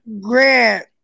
Grant